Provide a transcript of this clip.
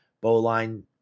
bowline